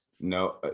no